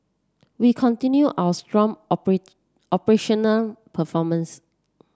we continue our strong operational performance